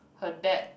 her dad